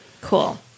Cool